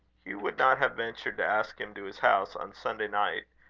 hugh would not have ventured to ask him to his house on sunday night,